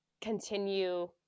continue